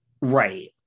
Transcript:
Right